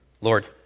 Lord